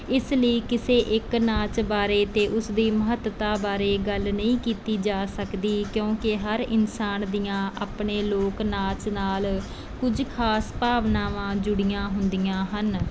ਇਸ ਲਈ ਕਿਸੇ ਇੱਕ ਨਾਚ ਬਾਰੇ ਅਤੇ ਉਸ ਦੀ ਮਹੱਤਤਾ ਬਾਰੇ ਗੱਲ ਨਹੀਂ ਕੀਤੀ ਜਾ ਸਕਦੀ ਕਿਉਂਕਿ ਹਰ ਇਨਸਾਨ ਦੀਆਂ ਆਪਣੇ ਲੋਕ ਨਾਚ ਨਾਲ ਕੁਝ ਖ਼ਾਸ ਭਾਵਨਾਵਾਂ ਜੁੜੀਆਂ ਹੁੰਦੀਆਂ ਹਨ